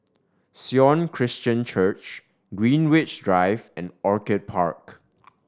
Sion Christian Church Greenwich Drive and Orchid Park